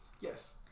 Yes